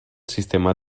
sistema